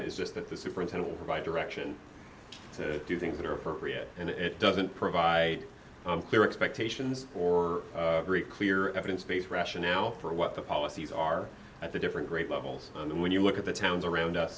just that the superintendent provide direction to do things that are appropriate and it doesn't provide clear expectations or very clear evidence based rationale for what the policies are at the different grade levels and when you look at the towns around us